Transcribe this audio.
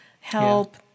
help